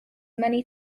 many